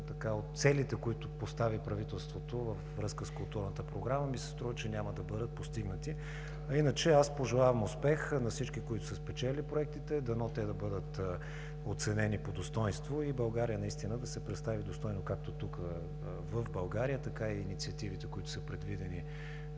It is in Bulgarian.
от целите, които постави правителството във връзка с културната програма, ми се струва, че няма да бъдат постигнати. Иначе пожелавам успех на всички, които са спечелили проектите. Дано те да бъдат оценени по достойнство и България наистина да се представи достойно, както тук в България, така и в инициативите, които са предвидени